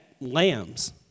lambs